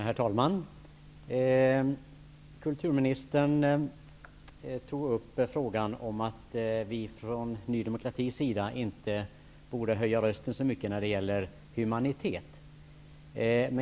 Herr talman! Kulturministern tog upp frågan om att vi i Ny demokrati inte borde höja rösten så mycket när det gäller humanitet.